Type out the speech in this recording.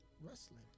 wrestling